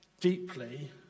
deeply